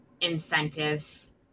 incentives